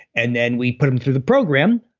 and then we put them through the program.